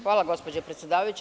Hvala, gospođo predsedavajuća.